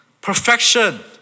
Perfection